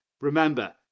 Remember